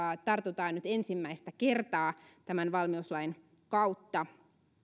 tartutaan nyt ensimmäistä kertaa tämän valmiuslain kautta